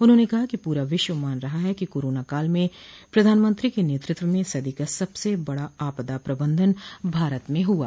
उन्होंने कहा कि पूरा विश्व मान रहा है कि कोरोना काल में प्रधानमंत्री के नेतृत्व में सदी का सबसे बड़ा आपदा प्रबंधन भारत में हुआ